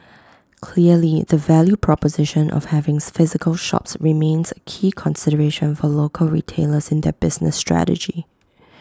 clearly the value proposition of having physical shops remains A key consideration for local retailers in their business strategy